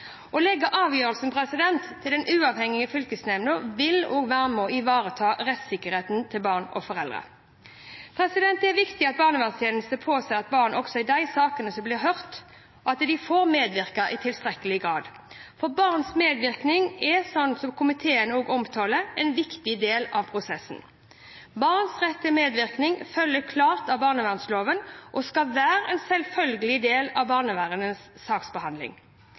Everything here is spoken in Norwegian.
Å legge avgjørelsen til den uavhengige fylkesnemnda vil være med på å ivareta rettssikkerheten til barn og foreldre. Det er viktig at barnevernstjenesten påser at barn også i disse sakene skal bli hørt og får medvirke i tilstrekkelig grad. Barns medvirkning er, som også komiteen omtaler, en viktig del av prosessen. Barns rett til medvirkning følger klart av barnevernsloven og skal være en selvfølgelig del av barnevernets saksbehandling.